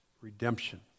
redemption